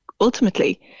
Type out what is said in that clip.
ultimately